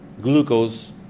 glucose